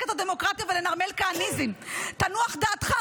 את הדמוקרטיה ולנרמל כהניזם"; "תנוח דעתך,